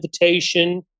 invitation